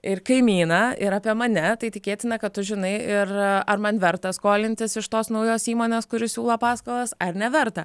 ir kaimyną ir apie mane tai tikėtina kad tu žinai ir ar man verta skolintis iš tos naujos įmonės kuri siūlo paskolas ar neverta